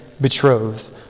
betrothed